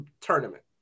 tournament